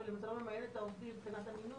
אבל אם אתה לא ממיין את העובדים מבחינת אמינות,